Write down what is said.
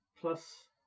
plus